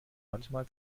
manchmal